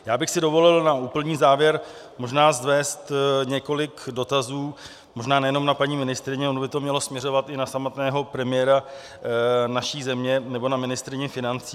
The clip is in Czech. Já bych si dovolil na úplný závěr možná vznést několik dotazů, možná nejenom na paní ministryni, ono by to mělo směřovat i na samotného premiéra naší země nebo na ministryni financí.